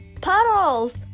Puddles